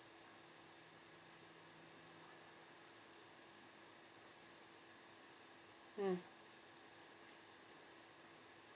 mm